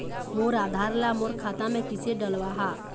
मोर आधार ला मोर खाता मे किसे डलवाहा?